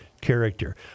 character